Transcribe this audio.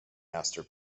master